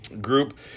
group